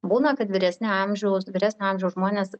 būna kad vyresnio amžiaus vyresnio amžiaus žmonės